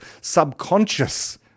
subconscious